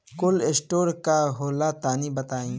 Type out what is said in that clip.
Cold storage का होला तनि बताई?